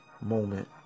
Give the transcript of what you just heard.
moment